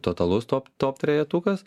totalus top top trejetukas